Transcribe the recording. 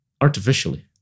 Artificially